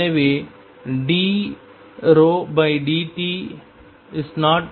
எனவே dρdt≠0